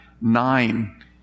nine